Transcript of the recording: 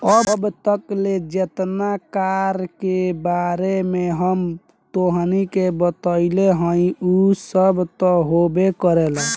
अब तक ले जेतना कर के बारे में हम तोहनी के बतइनी हइ उ सब त होबे करेला